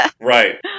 Right